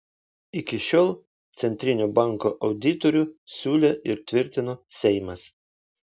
iki šiol centrinio banko auditorių siūlė ir tvirtino seimas